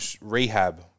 rehab